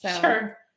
Sure